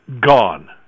Gone